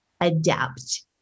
adapt